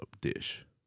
dish